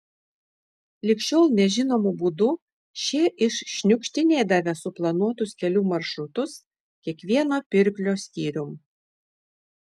lig šiol nežinomu būdu šie iššniukštinėdavę suplanuotus kelių maršrutus kiekvieno pirklio skyrium